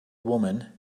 woman